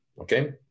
okay